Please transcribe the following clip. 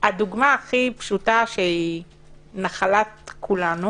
אי אפשר לחלק ככה בין זכויות של אנשים.